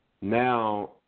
Now